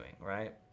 right